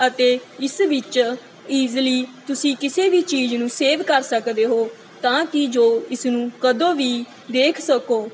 ਅਤੇ ਇਸ ਵਿੱਚ ਇਜ਼ਲੀ ਤੁਸੀਂ ਕਿਸੇ ਵੀ ਚੀਜ਼ ਨੂੰ ਸੇਵ ਕਰ ਸਕਦੇ ਹੋ ਤਾਂ ਕਿ ਜੋ ਇਸ ਨੂੰ ਕਦੇ ਵੀ ਦੇਖ ਸਕੋ